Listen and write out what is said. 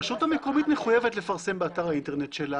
הרשות המקומית מחויבת לפרסם באתר האינטרנט שלה.